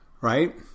Right